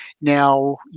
now